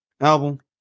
album